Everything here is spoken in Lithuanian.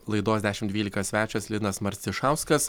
laidos dešimt dvylika svečias linas marcišauskas